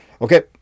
Okay